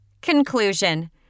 Conclusion